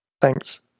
thanks